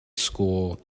school